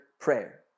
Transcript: prayer